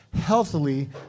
healthily